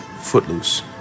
Footloose